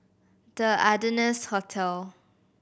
The Ardennes Hotel